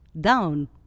down